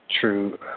true